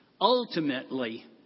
ultimately